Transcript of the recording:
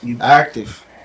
active